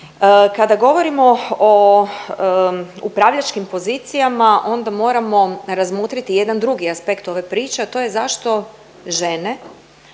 Kada govorimo o upravljačkim pozicijama onda moramo razmotriti jedan drugi aspekt ove priče, a to je zašto žene